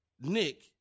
Nick